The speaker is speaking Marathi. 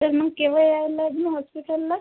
तर मग केव्हा यायला लागेल हॉस्पिटलला